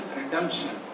redemption